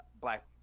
Black